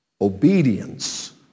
obedience